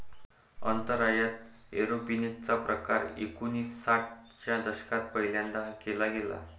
अंतराळात एरोपोनिक्स चा प्रकार एकोणिसाठ च्या दशकात पहिल्यांदा केला गेला